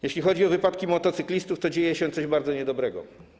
Jeśli chodzi o wypadki motocyklistów, to dzieje się coś bardzo niedobrego.